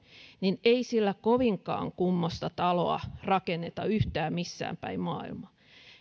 niin ei sillä kovinkaan kummoista taloa rakenneta yhtään missään päin maailmaa